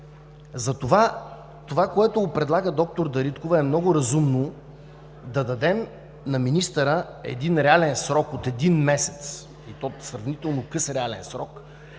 Затова предложението на доктор Дариткова е много разумно – да дадем на министъра един реален срок от един месец, сравнително къс реален срок,